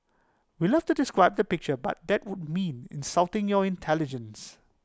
we'd love to describe the picture but that would mean insulting your intelligence